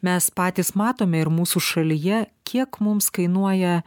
mes patys matome ir mūsų šalyje kiek mums kainuoja